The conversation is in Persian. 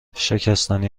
شکستنی